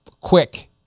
quick